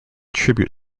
tribute